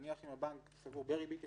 נניח אם הבנק סגור בריבית הסכמית,